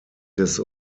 des